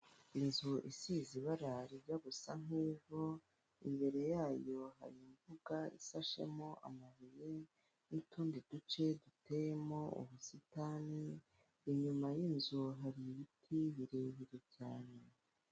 Inzu isize ibara rijya gusa nk'ivu imbere yayo hari imbuga isashemo amabuye n'utundi duce duteyemo ubusitani, inyuma y'inzu hari ibiti birebire cyane.